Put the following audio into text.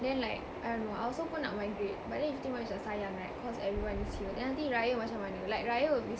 then like I don't know I also pun nak migrate but then if you think macam sayang right cause everyone is here then nanti raya macam mana raya will be